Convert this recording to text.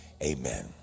Amen